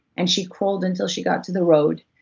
and she crawled until she got to the road,